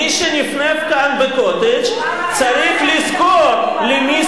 מי שנפנף כאן ב"קוטג'" צריך לזכור למי